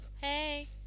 Hey